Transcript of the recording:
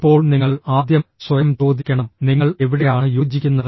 ഇപ്പോൾ നിങ്ങൾ ആദ്യം സ്വയം ചോദിക്കണം നിങ്ങൾ എവിടെയാണ് യോജിക്കുന്നത്